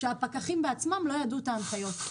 כשהפקחים בעצמם לא ידעו מה ההנחיות,